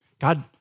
God